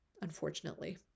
unfortunately